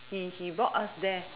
he he brought us there